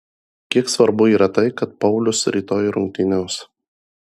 kiek svarbu yra tai kad paulius rytoj rungtyniaus